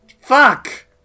Fuck